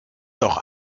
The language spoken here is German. doch